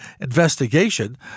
investigation